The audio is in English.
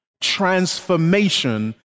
transformation